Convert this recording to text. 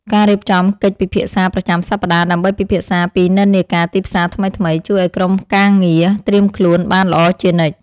ការរៀបចំកិច្ចពិភាក្សាប្រចាំសប្តាហ៍ដើម្បីពិភាក្សាពីនិន្នាការទីផ្សារថ្មីៗ ជួយឱ្យក្រុមការងារត្រៀមខ្លួនបានល្អជានិច្ច។